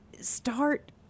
start